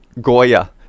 Goya